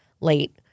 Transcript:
late